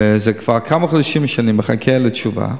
וזה כבר כמה חודשים שאני מחכה לתשובה.